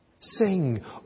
Sing